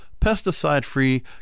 pesticide-free